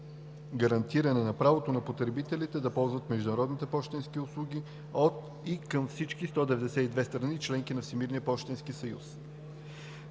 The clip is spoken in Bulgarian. гарантиране правото на потребителите да ползват международни пощенски услуги от и към всички страни – членки на Всемирния пощенски съюз,